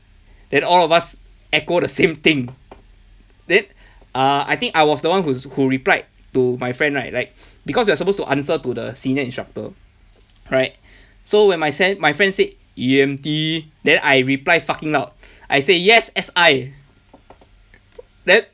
then all of us echo the same thing then uh I think I was the one who's who replied to my friend right like because we're supposed to answer to the senior instructor right so when my sen~ my friend said E_M_T then I reply fucking loud I say yes S_I then